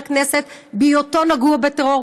בטרם